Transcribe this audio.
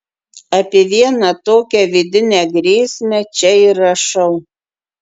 apie vieną tokią vidinę grėsmę čia ir rašau